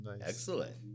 Excellent